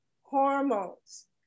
hormones